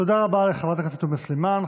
תודה רבה לחברת הכנסת תומא סלימאן,